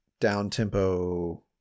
down-tempo